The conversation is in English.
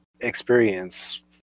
experience